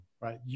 right